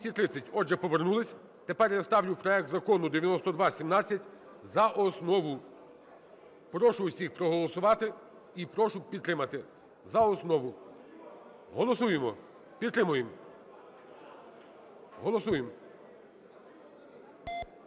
Отже, повернулися. Тепер я ставлю проект Закону 9217 за основу. Прошу всіх проголосувати і прошу підтримати за основу, голосуємо, підтримуємо, голосуємо.